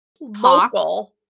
Local